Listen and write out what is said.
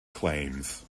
claims